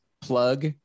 plug